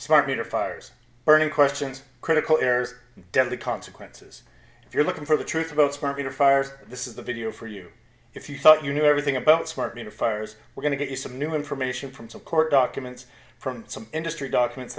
smart meter fires burning questions critical errors deadly consequences if you're looking for the truth about smart meter fires this is the video for you if you thought you knew everything about smart meter fires we're going to get you some new information from the court documents from some industry documents